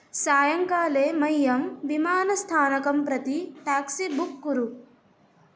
सायङ्काले मह्यं विमानस्थानकं प्रति टेक्सी बुक् कुरु